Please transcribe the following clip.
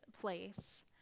place